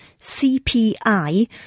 CPI